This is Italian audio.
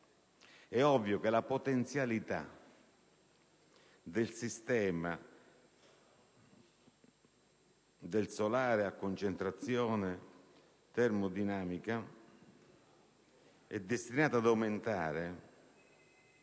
È ovvio che le potenzialità del solare a concentrazione termodinamica sono destinate ad aumentare